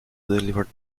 delivered